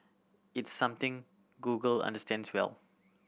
it's something Google understands well